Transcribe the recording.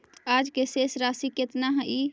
आज के शेष राशि केतना हई?